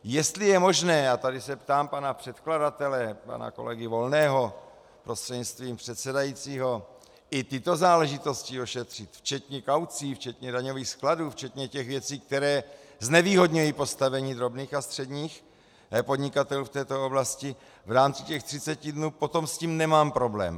Jestli je možné, a tady se ptám pana předkladatele pana kolegy Volného prostřednictvím předsedajícího, i tyto záležitosti ošetřit včetně kaucí, včetně daňových skladů, včetně těch věcí, které znevýhodní postavení drobných a středních podnikatelů v této oblasti v rámci těch třiceti dnů, potom s tím nemám problém.